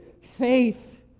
faith